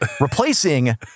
replacing